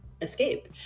escape